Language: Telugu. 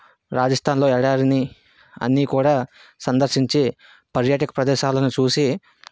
రాజస్థాన్లో ఎడారిని అన్నీ కూడా సందర్శించి పర్యాటక ప్రదేశాలను చూసి